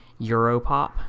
Europop